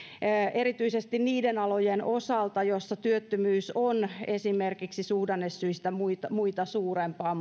erityisesti niiden alojen osalta joissa työttömyys on esimerkiksi suhdannesyistä muita muita suurempaa